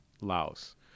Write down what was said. Laos